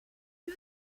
you